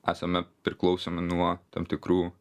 esame priklausomi nuo tam tikrų